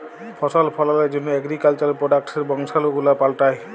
ফসল ফললের জন্হ এগ্রিকালচার প্রডাক্টসের বংশালু গুলা পাল্টাই